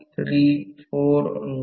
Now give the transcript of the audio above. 05 L2 0